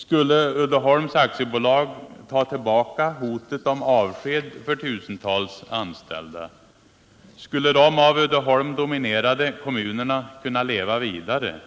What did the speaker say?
Skulle Uddeholms AB ta tillbaka hotet om avsked för tusentals anställda? Skulle de av Uddeholm dominerade kommunerna kunna leva vidare?